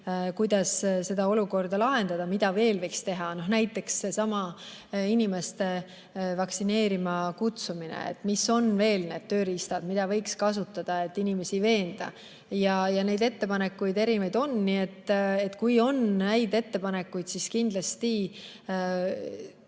kuidas seda olukorda lahendada, mida veel võiks teha. Näiteks seesama inimeste vaktsineerima kutsumine – mis on veel need tööriistad, mida võiks kasutada, et inimesi veenda? Neid ettepanekuid on olnud. Nii et kui on häid ettepanekuid, siis kindlasti